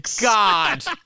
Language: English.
God